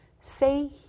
say